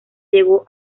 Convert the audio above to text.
llegó